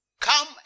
Come